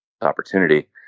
opportunity